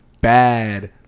bad